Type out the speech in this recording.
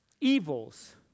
evils